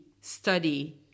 study